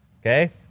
Okay